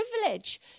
privilege